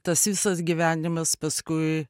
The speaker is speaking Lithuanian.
tas visas gyvenimas paskui